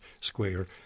square